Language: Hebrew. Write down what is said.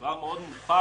אצלנו בתוך הממלכה